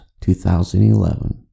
2011